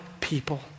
people